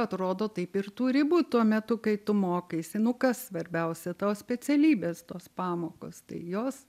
atrodo taip ir turi būt tuo metu kai tu mokaisi nu kas svarbiausia tavo specialybės tos pamokos tai jos